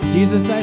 Jesus